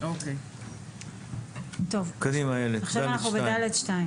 קדימה, איילת, (ד2).